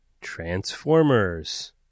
Transformers